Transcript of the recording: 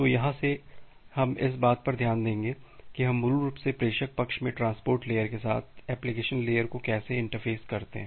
तो यहाँ से हम इस बात पर ध्यान दें कि हम मूल रूप से प्रेषक पक्ष में ट्रांसपोर्ट लेयर के साथ एप्लीकेशन लेयर को कैसे इंटरफ़ेस करते हैं